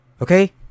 Okay